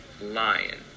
Lion